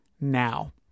now